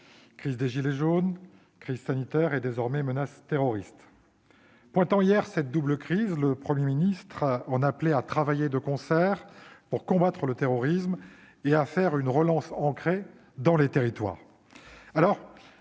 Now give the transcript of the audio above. crise des « gilets jaunes », crise sanitaire et, désormais, menace terroriste. Pointant hier cette double crise, le Premier ministre en appelait à « travailler de concert » pour combattre le terrorisme et engager une relance « ancrée dans les territoires